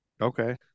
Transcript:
Okay